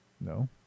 No